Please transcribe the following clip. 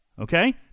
Okay